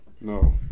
No